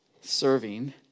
serving